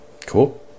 Cool